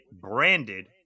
branded